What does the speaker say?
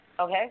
okay